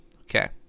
Okay